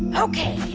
ok,